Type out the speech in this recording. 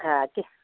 हाँ किस